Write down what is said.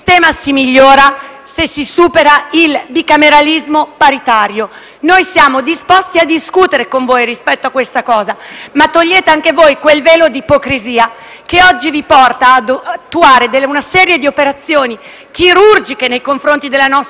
se si supera il bicameralismo paritario. Noi siamo disposti a discutere con voi su questo aspetto, ma togliete anche voi quel velo di ipocrisia che oggi vi porta ad attuare una serie di operazioni chirurgiche nei confronti della nostra Costituzione